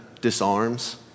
disarms